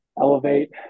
elevate